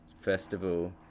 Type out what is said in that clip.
festival